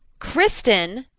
kristin.